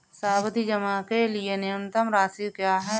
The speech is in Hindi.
सावधि जमा के लिए न्यूनतम राशि क्या है?